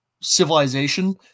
civilization